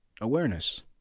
awareness